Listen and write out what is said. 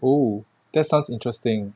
!woo! that sounds interesting